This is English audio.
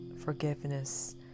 forgiveness